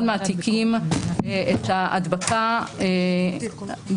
מהתיקים את ההדבקה